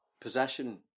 Possession